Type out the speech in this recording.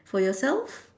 for yourself